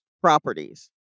properties